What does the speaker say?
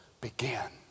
began